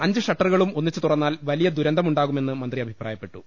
അഞ്ച് ഷട്ടറുകളും ഒന്നിച്ച് തുറന്നാൽ വലിയ ദുരന്തമുണ്ടാ കുമെന്ന് മന്ത്രി അഭിപ്രായപ്പെട്ടു